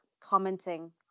commenting